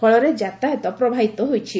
ଫଳରେ ଯାତାୟତ ପ୍ରଭାବିତ ହୋଇଛି